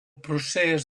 procés